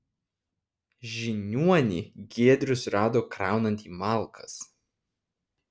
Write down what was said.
žiniuonį giedrius rado kraunantį malkas